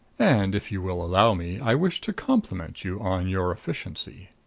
and, if you will allow me, i wish to compliment you on your efficiency.